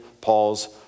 Paul's